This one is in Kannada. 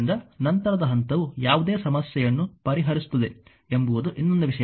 ಆದ್ದರಿಂದ ನಂತರದ ಹಂತವು ಯಾವುದೇ ಸಮಸ್ಯೆಯನ್ನು ಪರಿಹರಿಸುತ್ತದೆ ಎಂಬುದು ಇನ್ನೊಂದು ವಿಷಯ